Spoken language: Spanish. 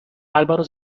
álvaro